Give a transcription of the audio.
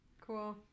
Cool